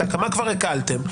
את ההקמה כבר הקלתם,